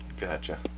Gotcha